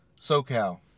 SoCal